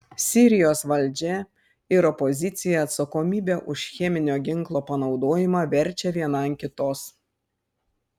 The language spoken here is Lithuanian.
sirijos valdžia ir opozicija atsakomybę už cheminio ginklo panaudojimą verčia viena ant kitos